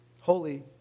Holy